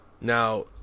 Now